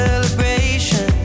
Celebration